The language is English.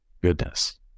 Goodness